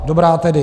Dobrá tedy.